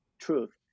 truth